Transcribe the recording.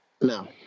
No